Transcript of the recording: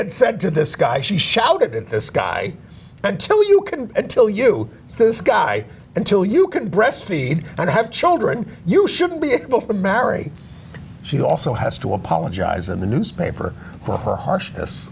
had said to this guy she shouted at this guy until you can tell you this guy until you can breastfeed and have children you shouldn't be able to marry she also has to apologize in the newspaper for her harshness